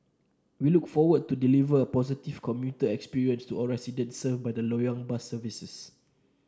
we look forward to delivering a positive commuter experience to all residents served by the Loyang bus services